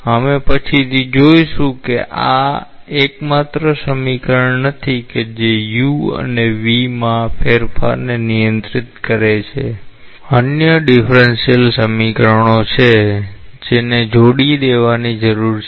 અમે પછીથી જોઈશું કે આ એકમાત્ર સમીકરણ નથી કે જે u અને v માં ફેરફારને નિયંત્રિત કરે છે અન્ય ડિફ્રન્ટશિયલ સમીકરણો છે જેને જોડી દેવાની જરૂર છે